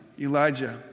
Elijah